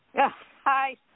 Hi